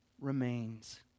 remains